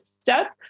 step